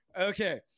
Okay